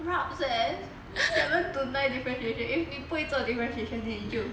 rabz eh seven to nine differentiation if 你不会做 differentiation then 你就死了